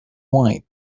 white